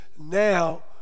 Now